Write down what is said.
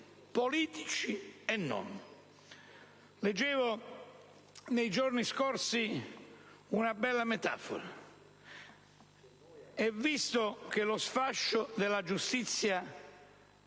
politici o meno. Leggevo nei giorni scorsi una bella metafora: visto lo sfascio della giustizia